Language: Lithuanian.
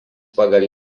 pagal